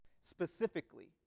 specifically